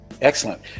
Excellent